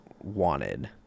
wanted